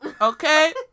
Okay